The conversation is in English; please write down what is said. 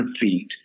feet